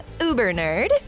uber-nerd